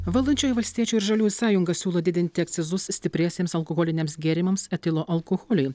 valdančioji valstiečių ir žaliųjų sąjunga siūlo didinti akcizus stipriesiems alkoholiniams gėrimams etilo alkoholiui